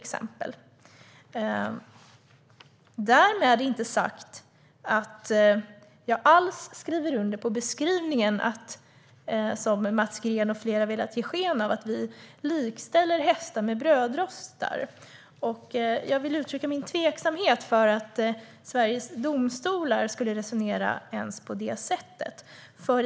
Därmed är inte sagt att jag alls skriver under på den beskrivning som Mats Green och flera andra har velat ge, att vi likställer hästar med brödrostar. Jag vill uttrycka min tveksamhet inför att Sveriges domstolar skulle resonera på det sättet.